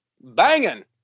Banging